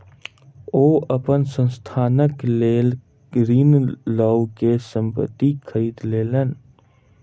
ओ अपन संस्थानक लेल ऋण लअ के संपत्ति खरीद लेलैन